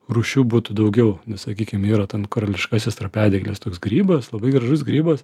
rūšių būtų daugiau nes sakykim yra ten karališkasis tarpiadyglis toks grybas labai gražus grybas